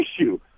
issue